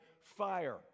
fire